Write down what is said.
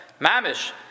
mamish